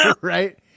right